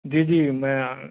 جی جی میں